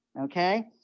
okay